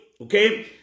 Okay